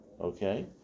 okay